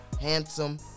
Handsome